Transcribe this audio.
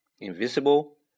invisible